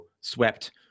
swept